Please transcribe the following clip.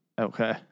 Okay